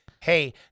hey